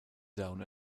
down